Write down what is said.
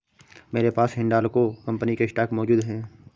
मेरे पास हिंडालको कंपनी के स्टॉक मौजूद है